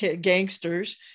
gangsters